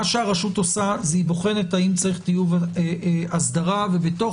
ברשות בוחנת האם צריך טיוב אסדרה ובתוך